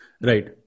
Right